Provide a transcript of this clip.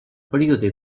període